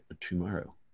tomorrow